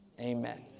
Amen